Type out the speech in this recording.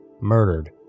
murdered